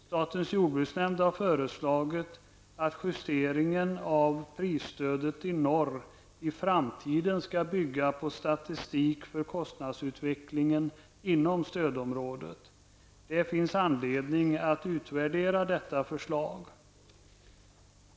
Statens jordbruksnämnd har föreslagit att justeringarna av prisstödet i norr i framtiden skall bygga på statistik för kostnadsutvecklingen inom stödområdet. Det finns anledning att utvärdera detta förslag.